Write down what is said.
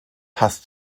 hasst